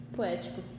Poético